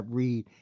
read